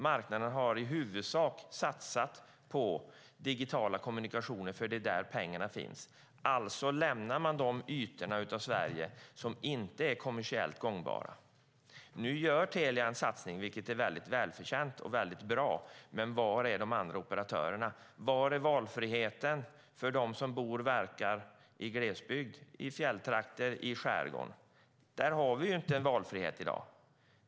Marknaden har i huvudsak satsat på digitala kommunikationer, för det är där som pengarna finns. Alltså lämnar man de ytor av Sverige som inte är kommersiellt gångbara. Nu gör Telia en satsning, vilket är väldigt bra, men var är de andra operatörerna? Var är valfriheten för dem som bor och verkar i glesbygd, i fjälltrakter, i skärgården? Där finns det inte någon valfrihet i dag.